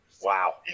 Wow